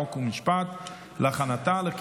חוק ומשפט נתקבלה.